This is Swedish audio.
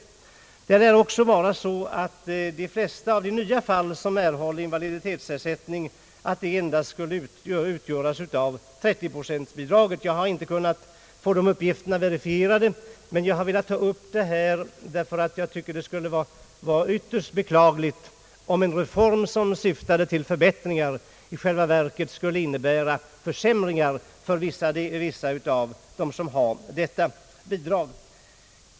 Det lär också vara så att de flesta av de nya fall som nu erhåller invaliditetsersättning endast får 30-procentbidraget. Jag har inte kunnat få uppgiften verifierad, men jag har velat ta upp detta därför att jag tycker att det skulle vara ytterst beklagligt om en reform som syftade till förbättringar i själva verket skulle innebära försämringar för vissa av dem som får detta bidrag.